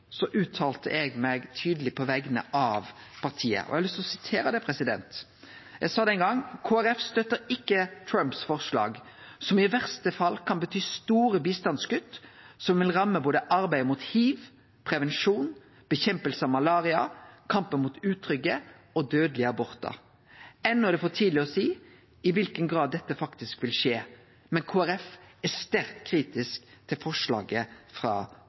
uttalte eg meg tydeleg på vegner av partiet, og eg har lyst til å sitere det eg sa den gongen: «KrF støtter ikke Trumps forslag, som i verste fall kan bety store bistandskutt som vil ramme både arbeidet mot HIV, prevensjon, bekjempelse av malaria, kampen mot utrygge og dødelige aborter. Ennå er det litt for tidlig å si i hvilken grad dette faktisk vil skje, men KrF er sterkt kritisk til forslaget.»